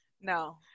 No